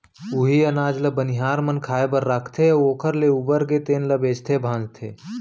उहीं अनाज ल बनिहार मन खाए बर राखथे अउ ओखर ले उबरगे तेन ल बेचथे भांजथे